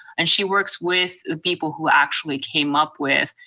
and she works with the people who actually came up with,